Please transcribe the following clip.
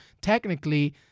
technically